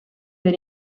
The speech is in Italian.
per